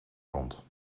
rond